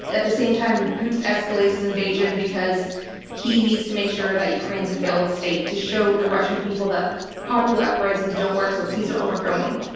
at the same time, putin escalates his invasion because he needs to make sure that ukraine's a failed state to show the russian people that popular uprisings don't work. so please don't overthrow me.